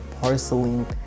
porcelain